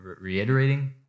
reiterating